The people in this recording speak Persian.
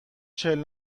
چهل